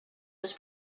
los